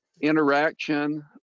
interaction